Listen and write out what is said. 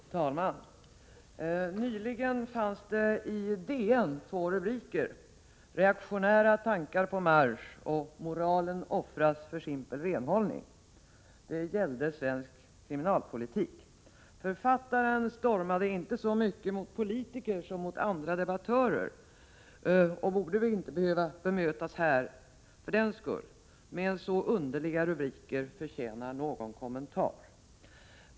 Herr talman! Nyligen kunde man i Dagens Nyheter läsa följande två rubriker: ”Reaktionära tankar på marsch” och ”Moralen offras för simpel renhållning”. Artiklarna gällde svensk kriminalpolitik. Författaren stormade inte så mycket mot politiker som mot andra debattörer, och därför borde han inte behöva bemötas här. Men sådana underliga rubriker förtjänar någon kommentar.